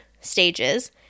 stages